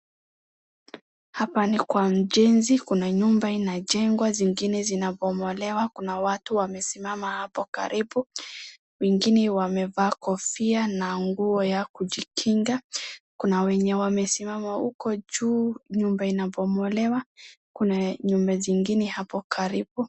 Hapa ni kwa mjenzi kuna nyumba inajengwa, zingine zinabomolewa kuna watu wamesimama hapo karibu wengine wamevaa kofia na nguo ya kujikinga, kuna wenye wamesimama huko juu nyumba inabomolewa . Kuna nyumba zingine hapo karibu .